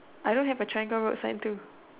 I don't have a triangle road sign too